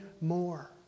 more